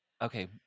Okay